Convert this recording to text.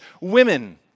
women